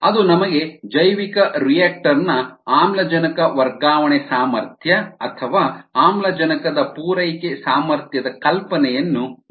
ಅದು ನಮಗೆ ಜೈವಿಕರಿಯಾಕ್ಟರ್ ನ ಆಮ್ಲಜನಕ ವರ್ಗಾವಣೆ ಸಾಮರ್ಥ್ಯ ಅಥವಾ ಆಮ್ಲಜನಕದ ಪೂರೈಕೆ ಸಾಮರ್ಥ್ಯದ ಕಲ್ಪನೆಯನ್ನು ನೀಡುತ್ತದೆ